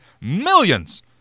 millions